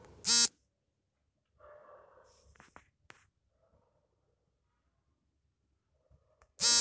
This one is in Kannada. ಸುಸ್ಥಿರ ಕೃಷಿಯ ಅಂಶಗಳು ಪರ್ಮಾಕಲ್ಚರ್ ಅಗ್ರೋಫಾರೆಸ್ಟ್ರಿ ಮಿಶ್ರ ಕೃಷಿ ಬಹುಬೆಳೆ ಮತ್ತು ಬೆಳೆಸರದಿ